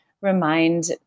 remind